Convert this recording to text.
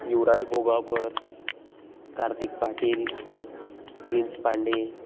Yuvraj Bogawkar Kartik Patil Prince Pandey